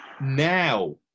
now